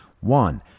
One